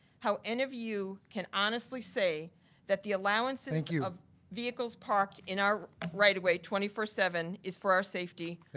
how any of you can honestly say that the allowances thank you. of vehicles parked in our right of way twenty four seven is for our safety.